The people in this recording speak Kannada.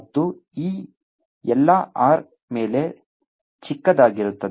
ಮತ್ತು E ಎಲ್ಲಾ R ಮೇಲೆ ಚಿಕ್ಕದಾಗಿರುತ್ತದೆ